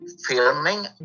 filming